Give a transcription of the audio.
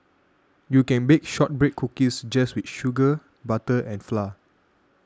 you can bake Shortbread Cookies just with sugar butter and flour